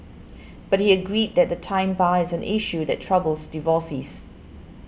but he agreed that the time bar is an issue that troubles divorcees